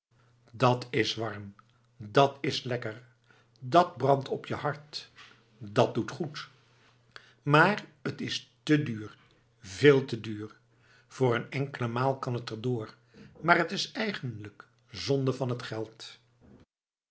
dat's warm dat's lekker dat brandt op je hart dat doet goed maar t is te duur veel te duur voor een enkele maal kan het er door maar t is eigenlijk zonde van t geld